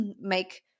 make